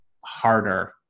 harder